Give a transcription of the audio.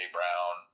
Brown